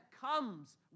comes